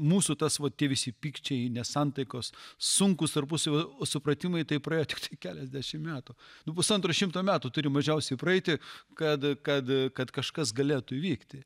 mūsų tas vat tie visi pykčiai nesantaikos sunkūs tarpusavio supratimai tai praėjo tiktai keliasdešimt metų nu pusantro šimto metų turi mažiausiai praeiti kad kad kad kažkas galėtų įvykti